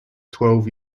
twelve